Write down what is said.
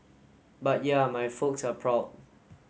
but yeah my folks are proud